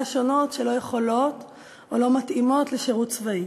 שונות שלא יכולות או לא מתאימות לשירות צבאי.